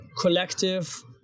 collective